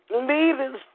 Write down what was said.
leaders